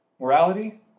Morality